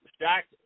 Jack